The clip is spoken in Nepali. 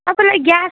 तपाईँलाई ग्यास